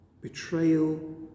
betrayal